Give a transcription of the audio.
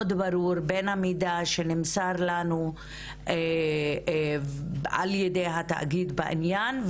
ברור בין המידע שנמסר לנו על ידי התאגיד בעניין,